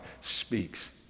speaks